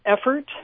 effort